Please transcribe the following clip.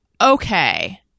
Okay